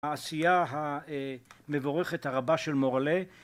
העשייה המבורכת הרבה של מורלה